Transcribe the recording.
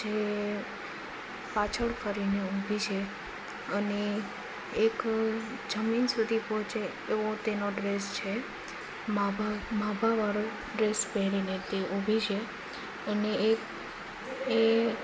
જે પાછળ કરીને ઉભી છે અને એક જમીન સુધી પહોંચે એવો તેનો ડ્રેસ છે માભા માભાવાળો ડ્રેસ પહેરીને તે ઉભી છે અને એક એ